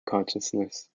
consciousness